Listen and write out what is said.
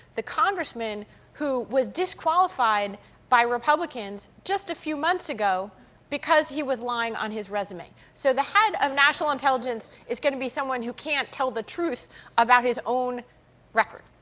the congressman who was disqualified by republicans just aify months ago because he was lying on his resume. so the head of national intelligence is going to be someone who can't tell the truth about his own record.